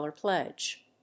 pledge